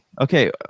Okay